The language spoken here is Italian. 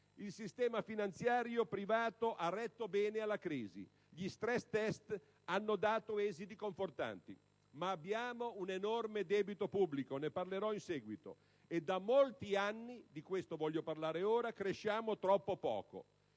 il sistema finanziario privato ha retto bene alla crisi; gli *stress test* hanno dato esiti confortanti. Ma abbiamo un enorme debito pubblico (ne parlerò in seguito) e da molti anni (di questo voglio parlare ora) cresciamo troppo poco: